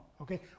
Okay